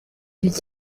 iki